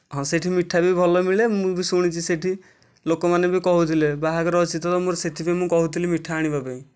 ହଁ ସେଠି ମିଠା ବି ଭଲ ମିଳେ ମୁଁ ବି ଶୁଣିଛି ସେଇଠି ଲୋକମାନେ ବି କହୁଥିଲେ ବାହାଘର ଅଛି ତ ମୁଁ ସେଥିପାଇଁ ମୁଁ କହୁଥିଲି ମିଠା ଆଣିବା ପାଇଁ